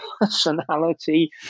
personality